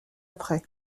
après